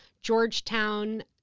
Georgetown